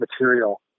material